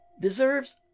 deserves